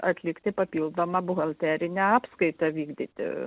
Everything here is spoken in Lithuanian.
atlikti papildomą buhalterinę apskaitą vykdyti